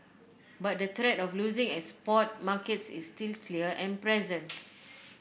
but the threat of losing export markets is still clear and present